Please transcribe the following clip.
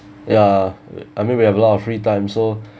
ya I mean we have a lot of free time so